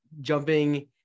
jumping